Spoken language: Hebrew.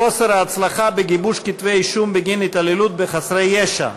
חוסר ההצלחה בגיבוש כתבי-אישום בגין התעללות בחסרי ישע,